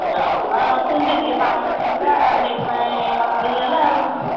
ଯତ୍ନ ରଖିଛନ୍ତି ପାଣି ଅସୁବିଧା ସେଥିପାଇଁ ମରୁଡ଼ି ହେଇଗଲା ଆଉ